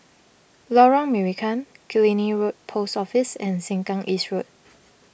Lorong Marican Killiney Road Post Office and Sengkang East Road